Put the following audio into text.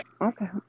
okay